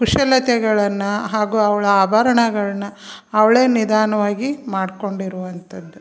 ಕುಶಲತೆಗಳನ್ನು ಹಾಗೂ ಅವಳ ಆಭರಣಗಳನ್ನ ಅವಳೇ ನಿಧಾನವಾಗಿ ಮಾಡ್ಕೊಂಡಿರುವಂಥದ್ದು